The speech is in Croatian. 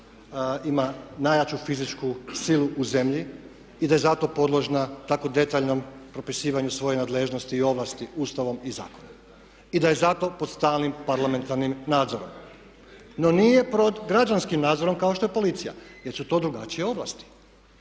ima najjaču fizičku silu u zemlji i da je zato podložna tako detaljnom propisivanju svoje nadležnosti i ovlasti Ustavom i zakonom i da je zato pod stalnim parlamentarnim nadzorom. No nije pod građanskim nadzorom kao što je policija jer su to drugačije ovlasti.